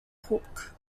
hook